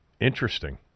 Interesting